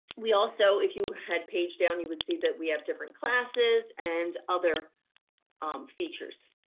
we also if you had page down, you would see that we have different classes and other features.